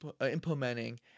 implementing